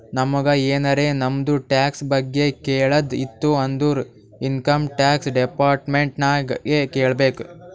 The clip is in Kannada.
ನಮುಗ್ ಎನಾರೇ ನಮ್ದು ಟ್ಯಾಕ್ಸ್ ಬಗ್ಗೆ ಕೇಳದ್ ಇತ್ತು ಅಂದುರ್ ಇನ್ಕಮ್ ಟ್ಯಾಕ್ಸ್ ಡಿಪಾರ್ಟ್ಮೆಂಟ್ ನಾಗೆ ಕೇಳ್ಬೇಕ್